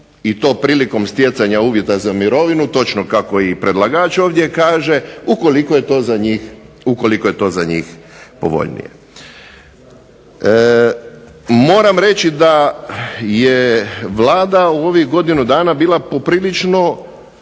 i to prilikom stjecanja uvjeta za mirovinu točno kako i predlagač ovdje kaže ukoliko je to za njih povoljnije. Moram reći da je Vlada u ovih godinu dana bila poprilično